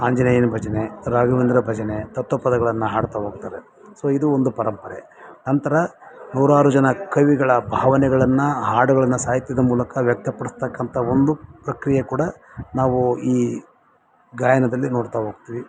ಆಂಜನೇಯನ ಭಜನೆ ರಾಘವೇಂದ್ರ ಭಜನೆ ತತ್ವ ಪದಗಳನ್ನು ಹಾಡ್ತಾ ಹೋಗ್ತಾರೆ ಸೊ ಇದು ಒಂದು ಪರಂಪರೆ ಅಂತರ ನೂರಾರು ಜನ ಕವಿಗಳ ಭಾವನೆಗಳನ್ನು ಹಾಡುಗಳನ್ನ ಸಾಹಿತ್ಯದ ಮೂಲಕ ವ್ಯಕ್ತ ಪಡಿಸ್ತಕಂಥ ಒಂದು ಪ್ರಕ್ರಿಯೆ ಕೂಡ ನಾವು ಈ ಗಾಯನದಲ್ಲಿ ನೋಡ್ತಾ ಹೋಗ್ತೀವಿ